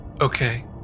Okay